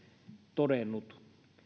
todennut